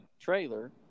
trailer